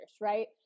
right